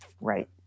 right